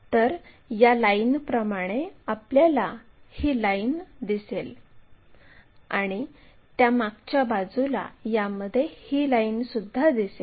तर या लाईनप्रमाणे आपल्याला ही लाईन दिसेल आणि त्या मागच्या बाजूला यामध्ये ही लाईनसुद्धा दिसेल